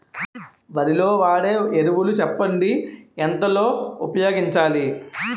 వరిలో వాడే ఎరువులు చెప్పండి? ఎంత లో ఉపయోగించాలీ?